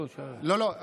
לא, לא.